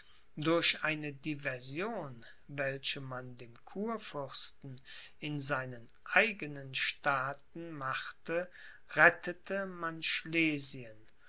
durch eine diversion welche man dem kurfürsten in seinen eigenen staaten machte rettete man schlesien